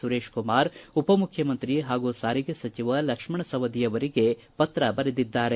ಸುರೇಶ್ ಕುಮಾರ ಉಪಮುಖ್ಯಮಂತ್ರಿ ಹಾಗೂ ಸಾರಿಗೆ ಸಚಿವ ಲಕ್ಷ್ಮಣ ಸವದಿಯವರಿಗೆ ಪತ್ರ ಬರೆದಿದ್ದಾರೆ